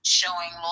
showing